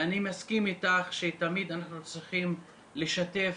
אני מסכים איתך שתמיד אנחנו צריכים לשתף,